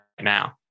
now